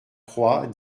croix